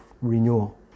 renewal